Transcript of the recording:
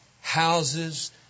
houses